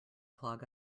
clog